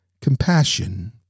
compassion